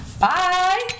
Bye